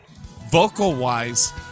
Vocal-wise